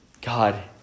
God